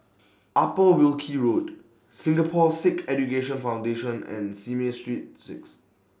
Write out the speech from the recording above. Upper Wilkie Road Singapore Sikh Education Foundation and Simei Street six